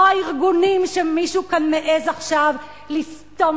לא הארגונים שמישהו כאן מעז עכשיו לסתום